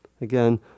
Again